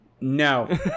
No